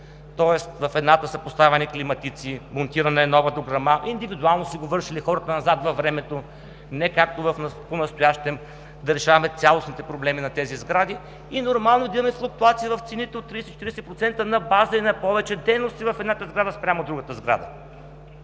Тоест, в едната са поставяни климатици, монтирана е нова дограма, индивидуално са го вършили хората назад във времето, а не както понастоящем да решаваме цялостните проблеми на тези сгради, и е нормално да имаме флуктуация в цените от 30-40% на база и на повече дейности в едната сграда спрямо другата сграда.